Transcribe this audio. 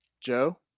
Joe